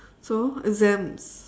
so exams